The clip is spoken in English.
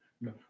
no